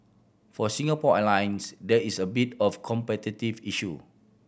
for Singapore Airlines there is a bit of a competitive issue